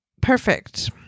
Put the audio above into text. perfect